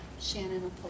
Shannon